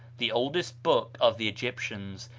the oldest book of the egyptians,